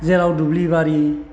जेराव दुब्लिबारि